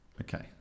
Okay